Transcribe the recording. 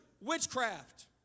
witchcraft